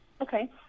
Okay